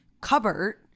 cupboard